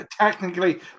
technically